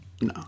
no